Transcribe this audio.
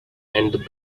and